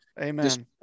Amen